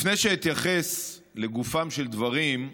לפני שאתייחס לגופם של הדברים,